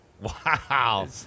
Wow